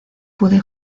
pude